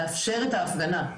לאפשר את ההפגנה.